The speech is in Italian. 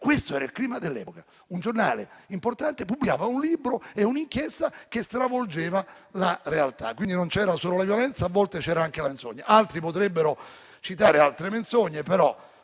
questo era il clima dell'epoca. Un giornale importante pubblicava un libro e un'inchiesta che stravolgeva la realtà. Non c'era solo la violenza, quindi, ma a volte c'era anche la menzogna. Altri potrebbero citare diverse menzogne, ma